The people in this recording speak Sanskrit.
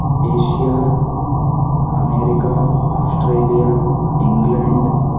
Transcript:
एष्या अमेरिका आस्ट्रेलिया इङ्ग्लेण्ड्